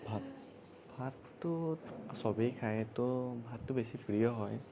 ভাত ভাতটো সবেই খায় তো ভাতটো বেছি প্ৰিয় হয়